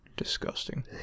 Disgusting